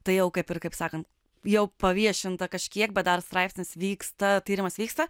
tai jau kaip ir kaip sakant jau paviešinta kažkiek bet dar straipsnis vyksta tyrimas vyksta